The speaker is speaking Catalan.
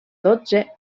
dotze